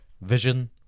vision